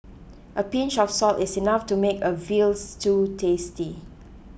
a pinch of salt is enough to make a Veal Stew tasty